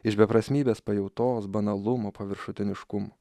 iš beprasmybės pajautos banalumo paviršutiniškumo